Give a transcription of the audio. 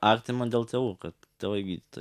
artima dėl tėvų kad tėvai gydytojai